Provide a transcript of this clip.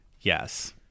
yes